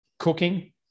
Cooking